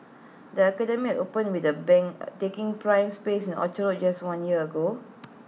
the academy opened with A bang taking prime space in Orchard road just one year ago